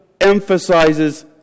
emphasizes